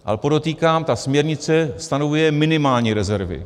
Ale podotýkám, ta směrnice stanovuje minimální rezervy.